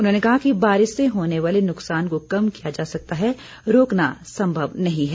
उन्होंने कहा कि बारिश से होने वाले नुक्सान को कम किया जा सकता है रोकना संभव नहीं है